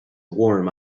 warm